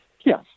Yes